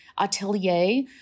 atelier